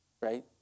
right